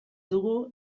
dugu